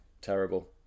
terrible